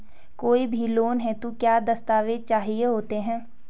कोई भी लोन हेतु क्या दस्तावेज़ चाहिए होते हैं?